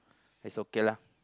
it's okay lah